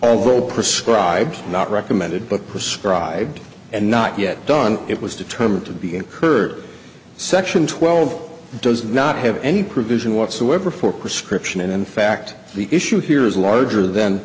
all prescribe not recommended but prescribe and not yet done it was determined to be incurred section twelve does not have any provision whatsoever for prescription and in fact the issue here is larger th